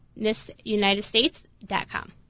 MissUnitedStates.com